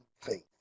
faith